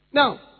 Now